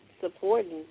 supporting